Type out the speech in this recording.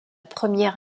première